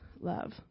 love